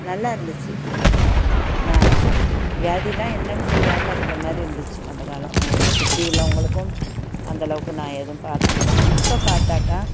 நல்லா இருந்துச்சு நான் வியாதினால் என்னென்னு தெரியாமல் இருந்த மாதிரி இருந்துச்சு அந்த காலம் என்னை சுற்றி உள்ளவர்களுக்கும் அந்த அளவுக்கு நான் எதுவும் பார்த்தது இல்லை இப்போ பார்த்தாக்கா